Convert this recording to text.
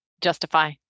justify